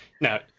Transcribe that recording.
No